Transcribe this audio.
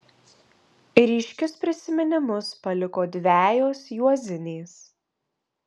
ryškius prisiminimus paliko dvejos juozinės